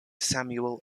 samuel